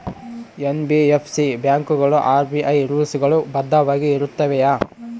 NBFC ಬ್ಯಾಂಕುಗಳು RBI rules ಗಳು ಬದ್ಧವಾಗಿ ಇರುತ್ತವೆಯ?